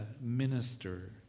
minister